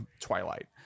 twilight